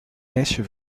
meisje